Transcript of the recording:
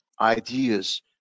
ideas